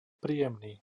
príjemný